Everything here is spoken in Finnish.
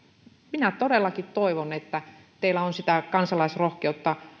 minä todellakin toivon että teillä on sitä kansalaisrohkeutta